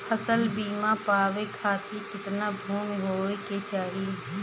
फ़सल बीमा पावे खाती कितना भूमि होवे के चाही?